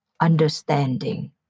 understanding